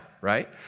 right